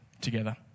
together